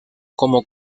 como